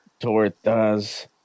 Tortas